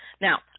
Now